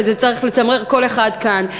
וזה צריך לצמרר כל אחד כאן.